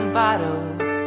bottles